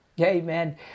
Amen